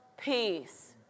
Peace